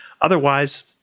Otherwise